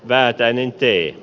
väätäinen tie e